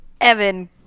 Evan